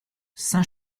saint